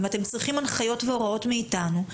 ואתם צריכים הנחיות והוראות מאיתנו,